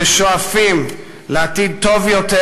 ששואפים לעתיד טוב יותר,